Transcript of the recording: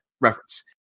reference